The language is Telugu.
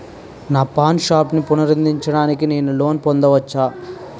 నా పాన్ షాప్ని పునరుద్ధరించడానికి నేను లోన్ పొందవచ్చా?